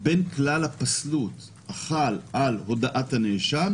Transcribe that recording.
בין כלל הפסלות החל על הודאת הנאשם